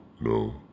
no